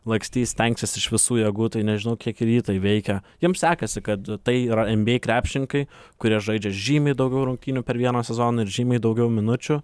lakstys stengsis iš visų jėgų tai nežinau kiek ir jį tai veikia jiem sekasi kad tai yra nba krepšininkai kurie žaidžia žymiai daugiau rungtynių per vieną sezoną ir žymiai daugiau minučių